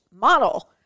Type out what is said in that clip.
model